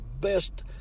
best